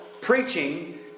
preaching